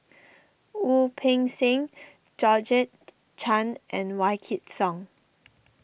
Wu Peng Seng Georgette Chen and Wykidd Song